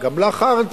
וגם לאחר מכן,